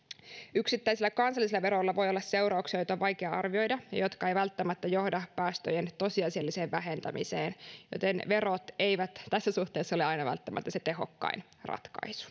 yksittäisillä kansallisilla veroilla voi olla seurauksia joita on vaikea arvioida ja jotka eivät välttämättä johda päästöjen tosiasialliseen vähentämiseen joten verot eivät tässä suhteessa ole aina välttämättä se tehokkain ratkaisu